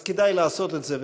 אז כדאי לעשות את זה,